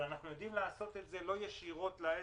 אבל אנחנו יודעים לעשות את זה לא ישירות לעסק,